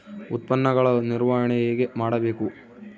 ಉತ್ಪನ್ನಗಳ ನಿರ್ವಹಣೆ ಹೇಗೆ ಮಾಡಬೇಕು?